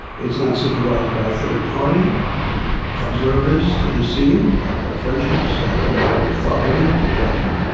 it's not civilised by third party observers to the scene, the friendships have no authority to judgment.